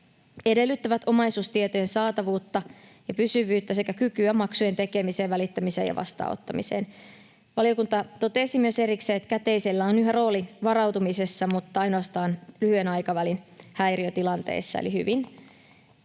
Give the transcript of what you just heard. edellyttävät omaisuustietojen saatavuutta ja pysyvyyttä sekä kykyä maksujen tekemiseen, välittämiseen ja vastaanottamiseen. Valiokunta totesi myös erikseen, että käteisellä on yhä rooli varautumisessa mutta ainoastaan lyhyen aikavälin häiriötilanteissa. Hyvin pitkälti